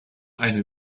eine